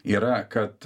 yra kad